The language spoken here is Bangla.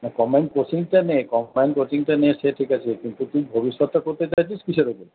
না কম্বাইন্ড কোচিং নে কম্বাইন্ড কোচিংটা নে সে ঠিক আছে কিন্তু তুই ভবিষ্যতটা করতে চাইছিস কিসের উপরে